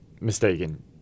mistaken